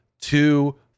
two